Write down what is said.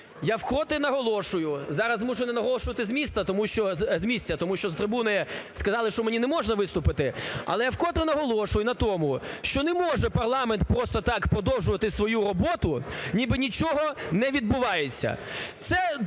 Я вкотре наголошую, зараз змушений наголошувати з місця, тому що з трибуни, сказали, що мені не можна виступити. Але я вкотре наголошую на тому, що не може парламент просто так продовжувати свою роботу, ніби нічого не відбувається.